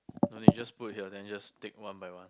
no you just put here then just take one by one